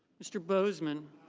mr. boseman.